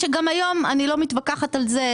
שגם היום יכולה ואני לא מתווכחת על זה,